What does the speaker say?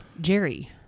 Jerry